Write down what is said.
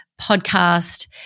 podcast